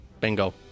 Bingo